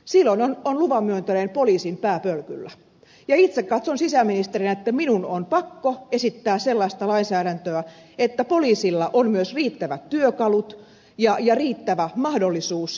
silloin on luvan myöntäneen poliisin pää pölkyllä ja itse katson sisäministerinä että minun on pakko esittää sellaista lainsäädäntöä että poliisilla on myös riittävät työkalut ja riittävä mahdollisuus arvioida tilannetta